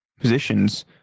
positions